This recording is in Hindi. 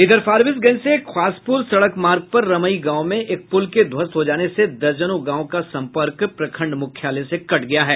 इधर फारबिसगंज से खवासपुर सड़क मार्ग पर रमई गांव में एक पुल के ध्वस्त हो जाने से दर्जनों गांव का सम्पर्क प्रखंड मुख्यालय से कट गया है